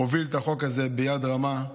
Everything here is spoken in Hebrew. הוביל את החוק הזה ביד רמה.